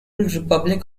republic